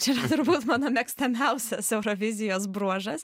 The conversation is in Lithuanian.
čia turbūt mano mėgstamiausias eurovizijos bruožas